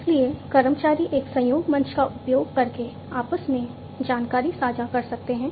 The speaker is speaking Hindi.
इसलिए कर्मचारी एक सहयोग मंच का उपयोग करके आपस में जानकारी साझा कर सकते हैं